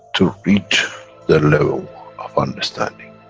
to reach the level of understanding